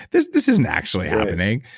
this this isn't actually happening.